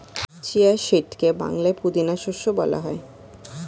chia সিডকে বাংলায় পুদিনা শস্য বলা হয়